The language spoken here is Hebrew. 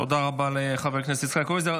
תודה רבה לחבר הכנסת יצחק קרויזר.